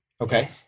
Okay